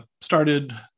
started